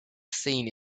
seen